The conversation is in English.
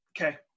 Okay